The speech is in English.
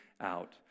out